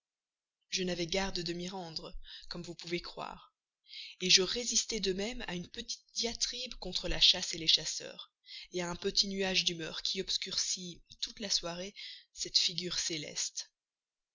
je n'avais garde de m'y rendre comme vous pouvez croire je résistai de même à une petite diatribe contre la chasse les chasseurs à un petit nuage d'humeur qui obscurcit toute la soirée cette figure céleste